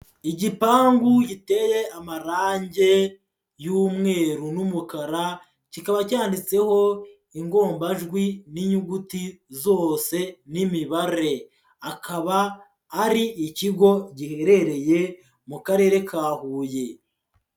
Igipangu giteye amarangi y'umweru n'umukara, kikaba cyanditsweho ingombajwi n'inyuguti zose n'imibare. Akaba ari ikigo giherereye mu karere ka Huye.